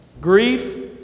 Grief